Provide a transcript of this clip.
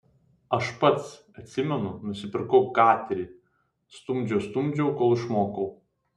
aš pats atsimenu nusipirkau gaterį stumdžiau stumdžiau kol išmokau